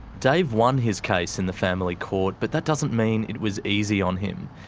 dave won his case in the family court but that doesn't mean it was easy on him.